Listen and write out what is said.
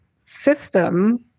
system